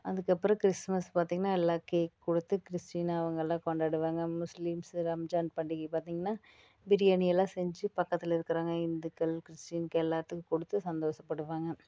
அதுக்கு அப்புறம் கிறிஸ்துமஸ் பார்த்திங்கன்னா எல்லாம் கேக்கு கொடுத்து கிறிஸ்டின் அவங்கல்லாம் கொண்டாடுவாங்க முஸ்லீம்ஸு ரம்ஜான் பண்டிகைக்கு பார்த்திங்கன்னா பிரியாணி எல்லாம் செஞ்சு பக்கத்தில் இருக்குறவங்க இந்துக்கள் கிறிஸ்டின்க்கு எல்லாத்துக்கும் கொடுத்து சந்தோஷப்படுவாங்க